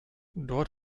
dort